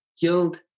killed